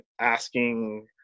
asking